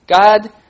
God